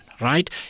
Right